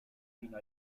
fino